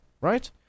Right